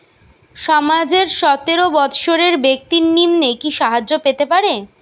সমাজের সতেরো বৎসরের ব্যাক্তির নিম্নে কি সাহায্য পেতে পারে?